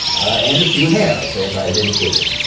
and if you have, as i have indicated,